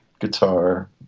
guitar